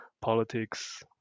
politics